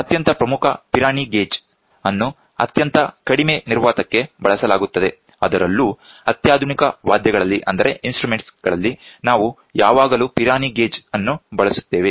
ಅತ್ಯಂತ ಪ್ರಮುಖ Pirani gauge ಅನ್ನು ಅತ್ಯಂತ ಕಡಿಮೆ ನಿರ್ವಾತಕ್ಕೆ ಬಳಸಲಾಗುತ್ತದೆ ಅದರಲ್ಲೂ ಅತ್ಯಾಧುನಿಕ ಉಪಕರಣಗಳಲ್ಲಿ ನಾವು ಯಾವಾಗಲೂ ಪಿರಾನಿ ಗೇಜ್ ಅನ್ನು ಬಳಸುತ್ತೇವೆ